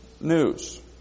news